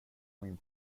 min